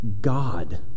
God